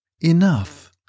enough